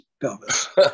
pelvis